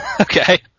Okay